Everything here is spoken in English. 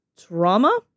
trauma